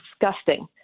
disgusting